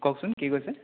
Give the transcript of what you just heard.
কওকচোন কি কৈছে